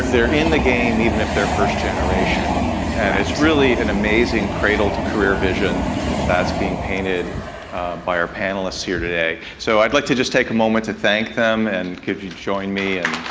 they're in the game even if they're first generation and it's really an amazing cradle-to-career vision that's being painted by our panelists here today, so i'd like to just take a moment to thank them and could you join me and